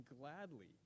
gladly